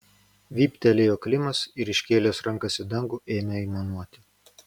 vyptelėjo klimas ir iškėlęs rankas į dangų ėmė aimanuoti